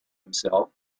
himself